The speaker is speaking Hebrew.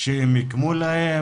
שהקימו להם.